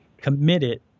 committed